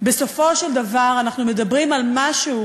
בסופו של דבר אנחנו מדברים על משהו